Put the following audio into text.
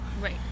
right